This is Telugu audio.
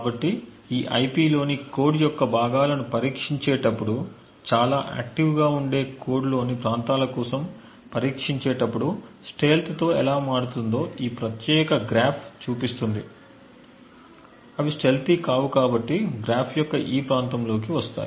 కాబట్టి ఈ ఐపిలోని కోడ్ యొక్క భాగాలను పరీక్షించేటప్పుడు చాలా ఆక్టివ్గా ఉండే కోడ్లోని ప్రాంతాల కోసం పరీక్షించేటప్పుడు స్టీల్త్ తో ఎలా మారుతుందో ఈ ప్రత్యేక గ్రాఫ్ చూపిస్తుంది అవి స్టెల్తీ కావు కాబట్టి గ్రాఫ్ యొక్క ఈ ప్రాంతంలోకి వస్తాయి